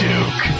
Duke